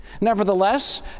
Nevertheless